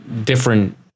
different